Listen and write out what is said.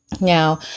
Now